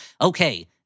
Okay